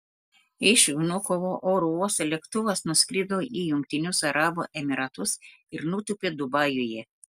iš vnukovo oro uosto lėktuvas nuskrido į jungtinius arabų emyratus ir nutūpė dubajuje